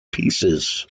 pieces